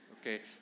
Okay